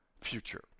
future